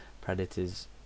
Predators